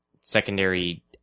secondary